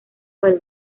del